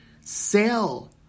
Sell